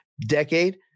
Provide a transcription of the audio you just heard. decade